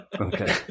Okay